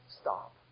stop